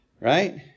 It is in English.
right